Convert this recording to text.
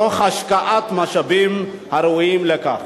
תוך השקעת משאבים הראויים לכך.